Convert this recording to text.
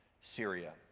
Syria